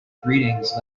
greetings